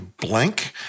blank